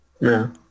No